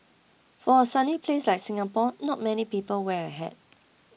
for a sunny place like Singapore not many people wear a hat